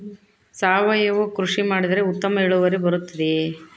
ಸಾವಯುವ ಕೃಷಿ ಮಾಡಿದರೆ ಉತ್ತಮ ಇಳುವರಿ ಬರುತ್ತದೆಯೇ?